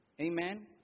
Amen